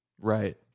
Right